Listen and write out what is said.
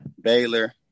Baylor